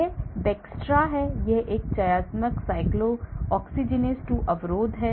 यह Bextra है यह एक चयनात्मक cyclooxygenase 2 अवरोधक है